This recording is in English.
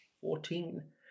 Fourteen